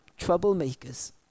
troublemakers